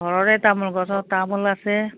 ঘৰৰে তামোল গছত তামোল আছে